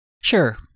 Sure